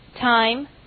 Time